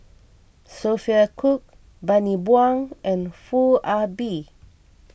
Sophia Cooke Bani Buang and Foo Ah Bee